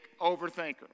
overthinker